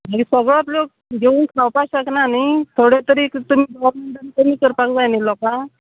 मागीर सगळोच लोक घेवन खावपा शकना न्ही थोडे तरी तुमी गोवोर्मेंटान कमी करपाक जाय न्ही लोकांक